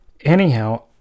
Anyhow